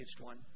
one